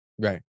Right